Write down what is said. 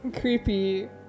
creepy